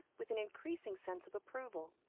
with an increasing sense of approval.